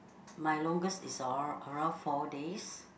my longest is uh around four days